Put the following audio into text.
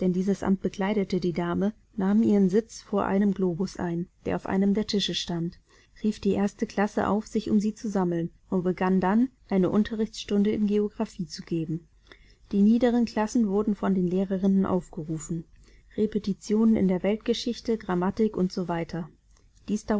dieses amt bekleidete die dame nahm ihren sitz vor einem globus ein der auf einem der tische stand rief die erste klasse auf sich um sie zu sammeln und begann dann eine unterrichtsstunde in geographie zu geben die niederen klassen wurden von den lehrerinnen aufgerufen repetitionen in der weltgeschichte grammatik u s